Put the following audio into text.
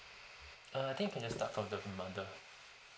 err I think can just start from the mother